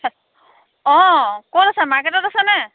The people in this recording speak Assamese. অ' ক'ত আছে মাৰ্কেটত আছেনে